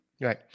Right